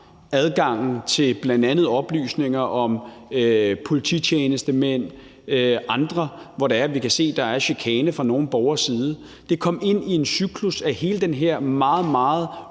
adgangen til bl.a. oplysninger om polititjenestemænd og andre, hvor vi kan se, at der er chikane fra nogle borgeres side. Det kom ind i en cyklus i hele den her meget, meget